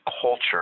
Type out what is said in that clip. culture